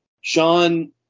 Sean